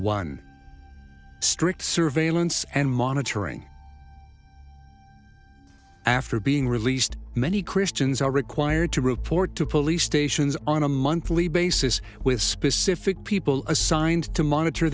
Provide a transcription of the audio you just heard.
one strict surveillance and monitoring after being released many christians are required to report to police stations on a monthly basis with specific people assigned to monitor